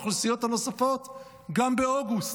לאוכלוסיות הנוספות גם באוגוסט.